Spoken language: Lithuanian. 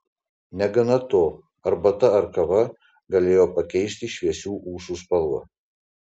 negana to arbata ar kava galėjo pakeisti šviesių ūsų spalvą